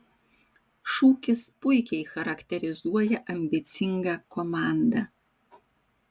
šūkis puikiai charakterizuoja ambicingą komandą